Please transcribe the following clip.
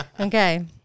Okay